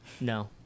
No